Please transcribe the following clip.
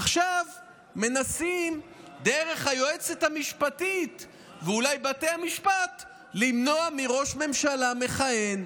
עכשיו מנסים דרך היועצת המשפטית ואולי בתי המשפט למנוע מראש ממשלה מכהן,